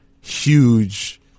huge